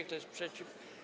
Kto jest przeciw?